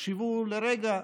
תחשבו לרגע,